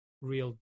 real